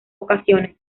ocasiones